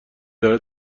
داره